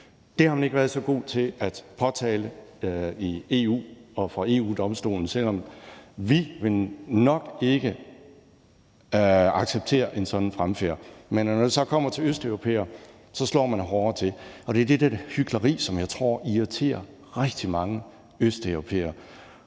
Det har man ikke været så god til at påtale i EU og fra EU-Domstolen, selv om vi vel nok ikke accepterer en sådan fremfærd. Men når det så kommer til østeuropæere, slår man hårdere til, og det er det der hykleri, som jeg tror irriterer rigtig mange østeuropæere.